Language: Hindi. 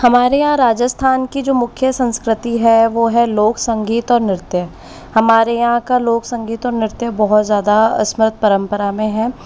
हमारे यहाँ जो राजस्थान की मुख्य संस्कृति है वह है लोक संगीत और नृत्य हमारे यहाँ का लोक संगीत और नृत्य बहुत ज़्यादा उसमें परंपरा में है